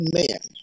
man